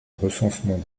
recensement